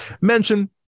mention